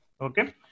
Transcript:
Okay